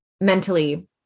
mentally